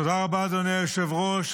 תודה רבה, אדוני היושב-ראש.